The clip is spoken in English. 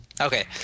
Okay